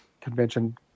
convention